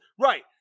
right